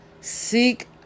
Seek